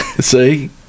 See